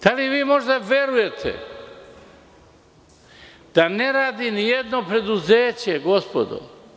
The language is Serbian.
Da li vi možete da verujete da ne radi ni jedno preduzeće, gospodo?